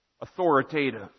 authoritative